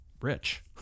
rich